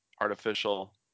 artificial